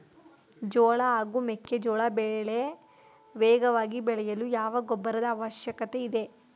ಜೋಳ ಹಾಗೂ ಮೆಕ್ಕೆಜೋಳ ಬೆಳೆ ವೇಗವಾಗಿ ಬೆಳೆಯಲು ಯಾವ ಗೊಬ್ಬರದ ಅವಶ್ಯಕತೆ ಇದೆ?